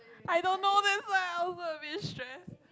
I don't know that's why I also a bit stress